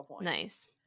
nice